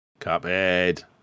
Cuphead